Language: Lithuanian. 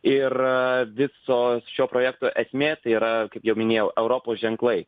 ir viso šio projekto esmė tai yra kaip jau minėjau europos ženklai